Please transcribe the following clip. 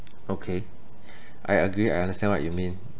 okay I agree I understand what you mean